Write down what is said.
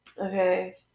Okay